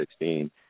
2016